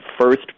first